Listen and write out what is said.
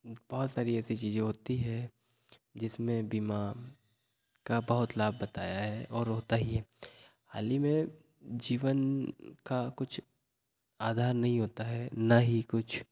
बहुत सारी ऐसी चीज़ें होती है जिसमें बीमा का बहुत लाभ बताया है और होता ही है हाल ही मैं जीवन का कुछ आधार नहीं होता है ना ही कुछ